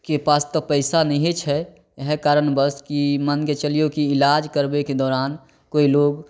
के पास तऽ पैसा नहिए छै इएह कारणबश कि मानिके चलियौ कि इलाज करबैके दौरान कोइ लोग